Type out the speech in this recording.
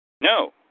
No